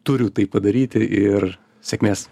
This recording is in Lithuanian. turiu tai padaryti ir sėkmės